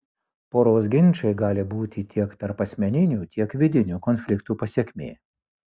poros ginčai gali būti tiek tarpasmeninių tiek vidinių konfliktų pasekmė